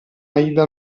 aida